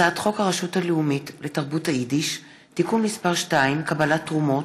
הצעת חוק הרשות הלאומית לתרבות היידיש (תיקון מס' 2) (קבלת תרומות),